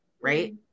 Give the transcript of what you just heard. right